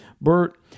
Bert